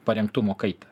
parengtumo kaitą